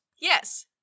Yes